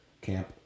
camp